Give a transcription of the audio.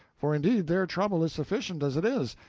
for indeed their trouble is sufficient as it is,